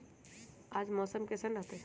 आज मौसम किसान रहतै?